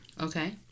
okay